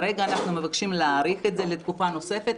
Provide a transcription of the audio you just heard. כרגע אנחנו מתבקשים להאריך את זה לתקופה נוספת.